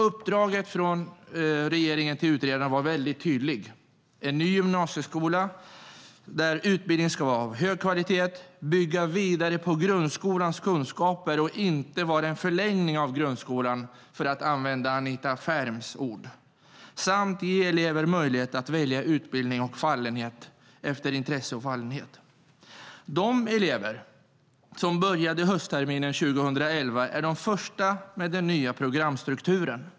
Uppdraget från regeringen till utredarna var väldigt tydligt: en ny gymnasieskola där utbildningen ska vara av hög kvalitet och bygga vidare på grundskolans kunskaper, den ska inte vara en förlängning av grundskolan - för att använda Anita Ferms ord - och den ska ge elever möjlighet att välja utbildning efter fallenhet och intresse. De elever som började höstterminen 2011 är de första med den nya programstrukturen.